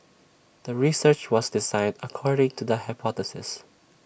the research was designed according to the hypothesis